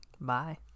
Bye